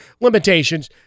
Limitations